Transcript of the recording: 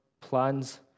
plans